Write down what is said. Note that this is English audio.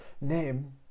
name